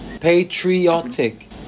Patriotic